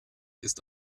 ist